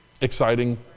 exciting